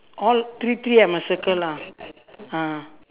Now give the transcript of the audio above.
all three three I must circle lah ah